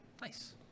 Nice